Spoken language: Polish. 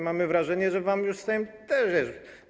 Mamy wrażenie, że wam już Sejm jest.